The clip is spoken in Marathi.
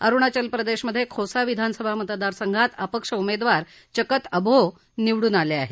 अरुणाचल प्रदेशमधे खोसा विधानसभा मतदारसंघात अपक्ष उमेदवार चकत अबोह निवडणून आले आहेत